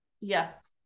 yes